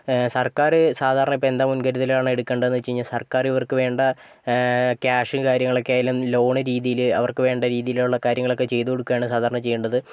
സർക്കാർ സാധാരണ ഇപ്പോൾ എന്താ മുൻകരുതലുകളാണ് എടുക്കേണ്ടതെന്നു വെച്ചുകഴിഞ്ഞാൽ സർക്കാർ ഇവർക്ക് വേണ്ട ക്യാഷ് കാര്യങ്ങളൊക്കെ ആയാലും ലോണ് രീതിയിൽ അവർക്ക് വേണ്ട രീതിയിലുള്ള കാര്യങ്ങളൊക്കെ ചെയ്തു കൊടുക്കയാണ് സാധാരണ ചെയ്യേണ്ടത്